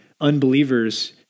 unbelievers